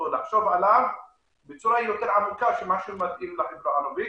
ולחשוב עליו בצורה יותר עמוקה מה שמתאים לחברה הערבית.